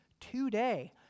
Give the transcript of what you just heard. Today